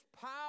power